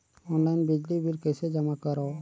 Online बिजली bill कइसे जमा करव?